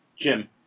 Jim